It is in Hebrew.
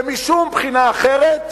שמשום בחינה אחרת